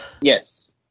Yes